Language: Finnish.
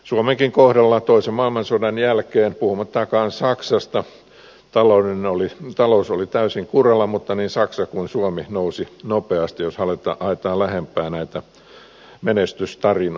suomenkin kohdalla toisen maailmansodan jälkeen puhumattakaan saksasta talous oli täysin kuralla mutta niin saksa kuin suomi nousi nopeasti jos haetaan lähempää näitä menestystarinoita